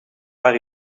waar